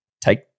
take